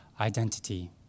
identity